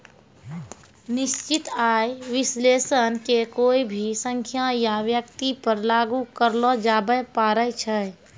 निश्चित आय विश्लेषण के कोय भी संख्या या व्यक्ति पर लागू करलो जाबै पारै छै